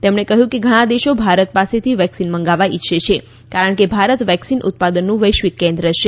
તેમણે કહયું કે ઘણા દેશો ભારત ાસેથી વેકસીન મંગાવવા ઇચ્છે છે કારણ કે ભારત વેકસીન ઉતાદનનું વૈશ્વિક કેન્દ્ર છે